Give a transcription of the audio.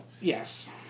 Yes